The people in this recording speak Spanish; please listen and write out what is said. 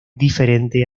diferente